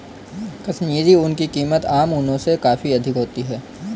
कश्मीरी ऊन की कीमत आम ऊनों से काफी अधिक होती है